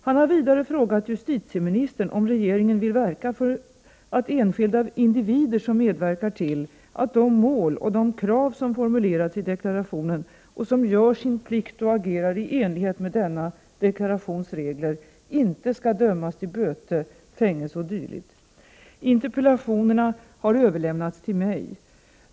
Han har vidare frågat justitieministern om regeringen vill verka för att enskilda individer som medverkar till att de mål och de krav som formulerats i deklarationen och som gör sin plikt och agerar i enlighet med denna deklarations regler inte skall dömas till böter, fängelse o.d. Interpellationerna har överlämnats till mig.